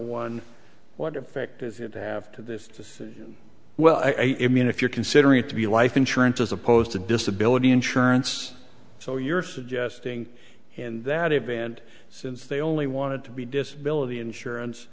one what effect does it have to this as well i mean if you're considering it to be life insurance as opposed to disability insurance so you're suggesting in that event since they only wanted to be disability insurance